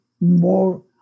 more